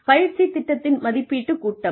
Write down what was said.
பயிற்சி திட்டத்தின் மதிப்பீட்டுக் கட்டம்